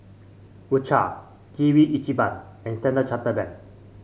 U Cha Kirin Ichiban and Standard Chartered Bank